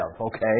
okay